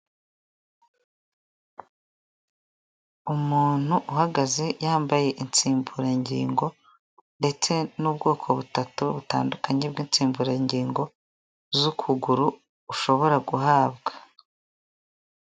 Umuntu uhagaze yambaye insimburangingo ndetse n'ubwoko butatu butandukanye bw'insimburangingo z'ukuguru ushobora guhabwa.